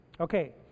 Okay